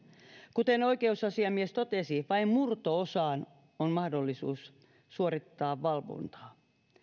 kuten oikeusasiamies totesi vain murto osaan laitoksista on mahdollisuus suorittaa valvontaa